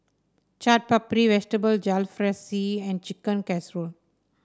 Chaat Papri Vegetable Jalfrezi and Chicken Casserole